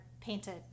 painted